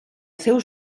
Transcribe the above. seu